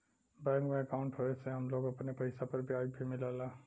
bank में अंकाउट होये से हम लोग अपने पइसा पर ब्याज भी मिलला